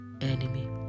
enemy